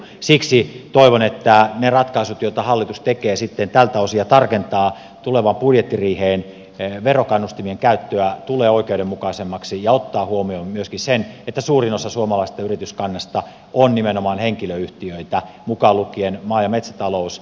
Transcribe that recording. siksi toivon että ne ratkaisut joita hallitus tekee sitten tältä osin ja tarkentaa tulevaan budjettiriiheen verokannustimien käyttöä tulevat oikeudenmukaisemmaksi ja ottavat huomioon myöskin sen että suurin osa suomalaisesta yrityskannasta on nimenomaan henkilöyhtiöitä mukaan lukien maa ja metsätalous